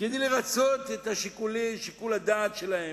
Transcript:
כדי לרצות את שיקול הדעת שלהם,